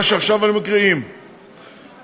מה שעכשיו אני מקריא, עם.